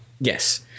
Yes